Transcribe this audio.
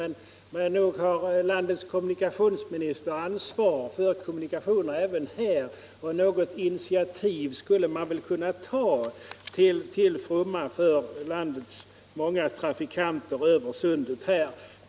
Men nog har landets kommunikationsminister ansvar för kommunikationerna även här, och något initiativ skulle man väl kunna ta till fromma för landets många trafikanter över Sundet.